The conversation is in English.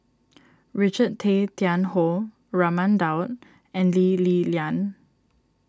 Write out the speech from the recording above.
Richard Tay Tian Hoe Raman Daud and Lee Li Lian